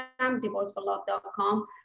divorceforlove.com